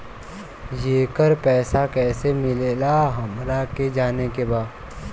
येकर पैसा कैसे मिलेला हमरा के जाने के बा?